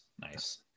Nice